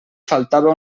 faltava